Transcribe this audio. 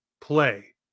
play